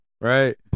right